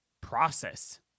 process